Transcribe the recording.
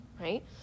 right